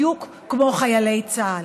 בדיוק כמו חיילי צה"ל.